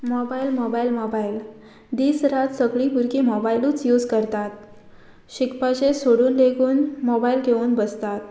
mobile mobile mobile दीस रात सगळीं भुरगीं मोबायलूच यूज करतात शिकपाचें सोडून लेगून मोबायल घेवन बसतात